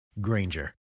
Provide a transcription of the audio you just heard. Granger